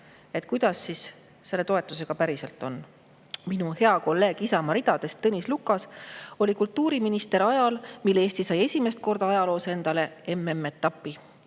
Kuidas selle toetusega päriselt on? Minu hea kolleeg Isamaa ridadest, Tõnis Lukas, oli kultuuriminister ajal, mil Eesti sai esimest korda ajaloos endale MM‑etapi.